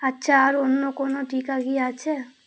আচ্ছা আর অন্য কোনো টিকা কি আছে